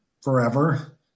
forever